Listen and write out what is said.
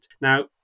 Now